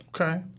Okay